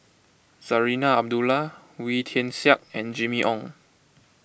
Zarinah Abdullah Wee Tian Siak and Jimmy Ong